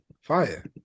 fire